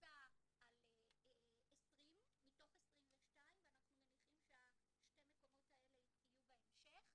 נמצא על 20 מתוך 22 ואנחנו מניחים ששני המקומות האלה יהיו בהמשך.